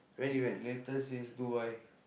latest is Dubai